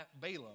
Balaam